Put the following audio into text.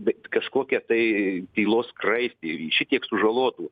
bet kažkokia tai tylos skraistė šitiek sužalotų